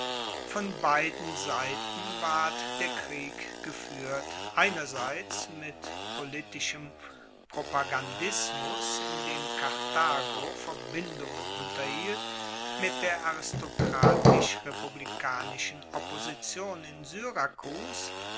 von beiden seiten ward der krieg gefuehrt einerseits mit politischem propagandismus indem karthago verbindungen unterhielt mit der aristokratisch republikanischen opposition in syrakus